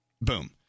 Boom